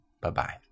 Bye-bye